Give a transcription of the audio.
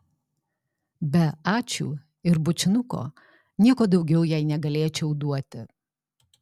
be ačiū ir bučinuko nieko daugiau jai negalėčiau duoti